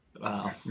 wow